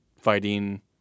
fighting